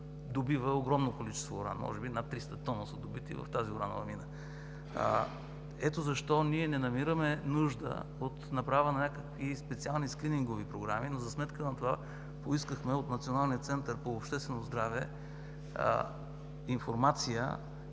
добива огромно количество уран. Може би над 300 тона са добити в тази уранова мина. Ето защо ние не намираме нужда от направа на някакви специални скринингови програми, но за сметка на това поискахме от Националния център по обществено здраве информация,